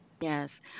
Yes